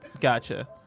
Gotcha